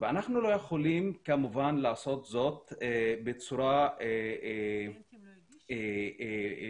ואנחנו לא יכולים כמובן לעשות זאת בצורה לא שקולה.